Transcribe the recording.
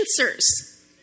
answers